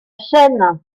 chaîne